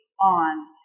on